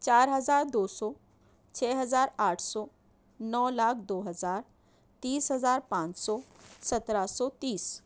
چار ہزار دو سو چھ ہزار آٹھ سو نو لاکھ دو ہزار تیس ہزار پان سو سترہ سو تیس